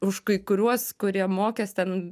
už kai kuriuos kurie mokės ten